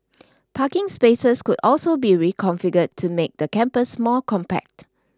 parking spaces could also be reconfigured to make the campus more compact